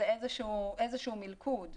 איזשהו מלכוד.